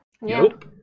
Nope